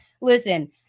listen